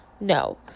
no